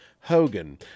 Hogan